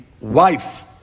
wife